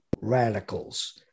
radicals